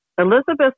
Elizabeth